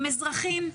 עם אזרחים,